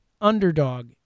underdog